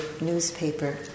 newspaper